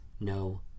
no